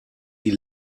die